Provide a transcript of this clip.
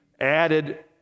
added